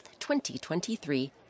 2023